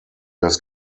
das